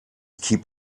keep